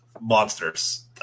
monsters